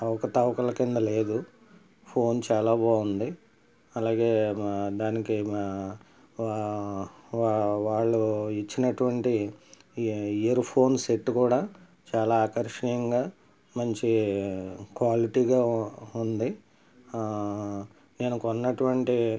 అవకతవకల కింద లేదు ఫోన్ చాలా బాగుంది అలాగే దానికి వా వాళ్ళు ఇచ్చినటువంటి ఇయర్ ఫోన్స్ సెట్ కూడా చాలా ఆకర్షణీయంగా మంచి క్వాలిటీగా ఉంది నేను కొన్నటువంటి